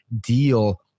deal